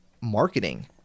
marketing